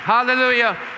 Hallelujah